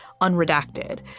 unredacted